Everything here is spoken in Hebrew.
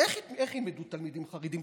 איך ילמדו תלמידים חרדים?